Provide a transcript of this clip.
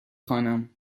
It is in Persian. خوانم